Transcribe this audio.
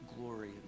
glory